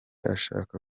ashaka